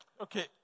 Okay